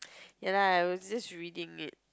ya lah I was just reading it